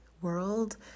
world